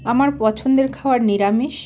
আমার পছন্দের খাবার নিরামিষ